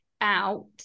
out